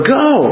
go